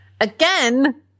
Again